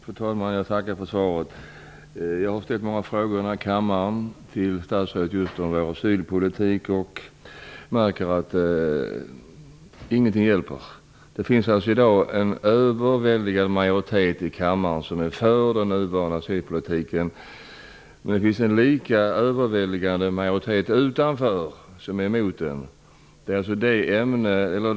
Fru talman! Jag tackar för svaret. Jag har ställt många frågor i den här kammaren till statsrådet just om vår asylpolitik, och jag märker att ingenting hjälper. Det finns alltså i dag en överväldigande majoritet i kammaren för den nuvarande asylpolitiken, men det finns en lika överväldigande majoritet utanför kammaren som är emot den.